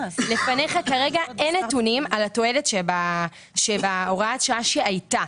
כרגע לפניך אין נתונים על התועלת שבהוראת שעה שהייתה.